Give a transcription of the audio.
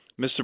Mr